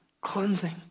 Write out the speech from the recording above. Cleansing